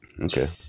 Okay